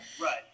Right